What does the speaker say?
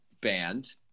band